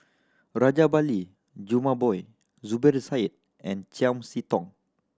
Rajabali Jumabhoy Zubir Said and Chiam See Tong